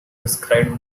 described